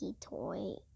toy